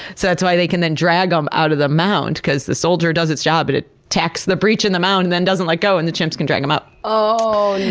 so that's why they can then drag em um out of the mound, cause the soldier does its job but it attacks the breach in the mound and then doesn't let go, and the chimps can drag em out. ohh!